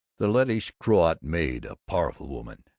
the lettish-croat maid, a powerful woman,